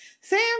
Sam